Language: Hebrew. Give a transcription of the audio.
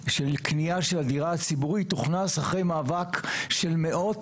קנייה של הדירה הציבורית הוכנס אחרי מאבק של מאות